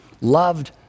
loved